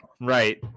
Right